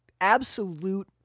absolute